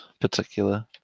particular